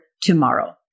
tomorrow